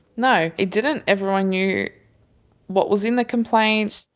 no, it didn't. everyone knew what was in the complaint.